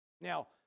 Now